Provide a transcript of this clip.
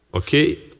okay?